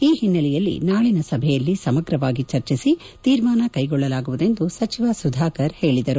ಈ ಹಿನ್ನೆಲೆಯಲ್ಲಿ ನಾಳಿನ ಸಭೆಯಲ್ಲಿ ಸಮಗ್ರವಾಗಿ ಚರ್ಚಿಸಿ ತೀರ್ಮಾನ ಕೈಗೊಳ್ಳಲಾಗುವುದು ಎಂದೂ ಸಚಿವ ಸುಧಾಕರ್ ಹೇಳಿದರು